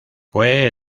fue